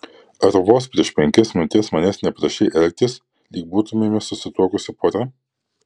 ar vos prieš penkias minutes manęs neprašei elgtis lyg būtumėme susituokusi pora